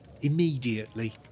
Immediately